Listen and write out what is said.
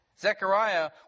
Zechariah